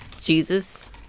Jesus